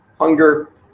hunger